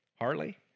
Harley